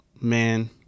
man